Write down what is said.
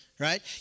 Right